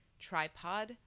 tripod